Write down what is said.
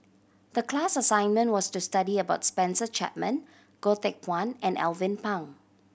the class assignment was to study about Spencer Chapman Goh Teck Phuan and Alvin Pang